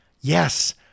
Yes